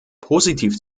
positiv